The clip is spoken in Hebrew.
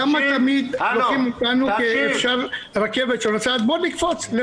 למה תמיד מתייחסים אלינו כאל רכבת שנוסעת ואפשר לקפוץ?